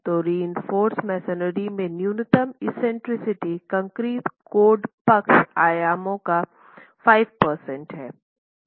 तो reinforce masonry में न्यूनतम एक्सेंट्रिसिटी कंक्रीट कोड पक्ष आयामों का 5 प्रतिशत है